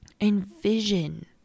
Envision